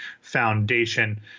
Foundation